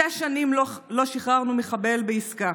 שש שנים לא שחררנו מחבל בעסקה.